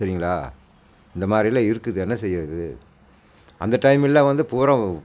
தெரியுங்களா இந்த மாதிரிலாம் இருக்குது என்ன செய்கிறது அந்த டைம்லெல்லாம் வந்து பூரா